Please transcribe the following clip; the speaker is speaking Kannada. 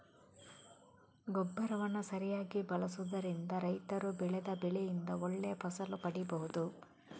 ಗೊಬ್ಬರವನ್ನ ಸರಿಯಾಗಿ ಬಳಸುದರಿಂದ ರೈತರು ಬೆಳೆದ ಬೆಳೆಯಿಂದ ಒಳ್ಳೆ ಫಸಲು ಪಡೀಬಹುದು